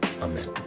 Amen